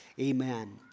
Amen